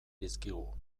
dizkigu